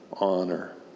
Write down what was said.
Honor